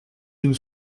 une